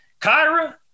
Kyra